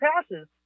passes